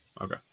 Okay